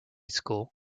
school